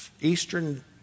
Eastern